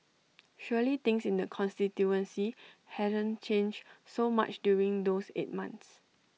surely things in the constituency haven't changed so much during those eight months